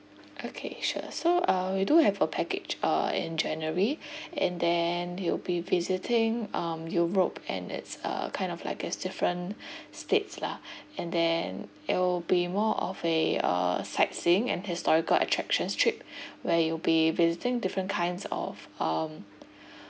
okay sure so uh we do have a package uh in january and then you'll be visiting um europe and it's uh kind of like its different states lah and then it'll be more of a uh sightseeing and historical attractions trip where you'll be visiting different kinds of um